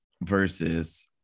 versus